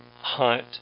hunt